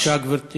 בבקשה, גברתי.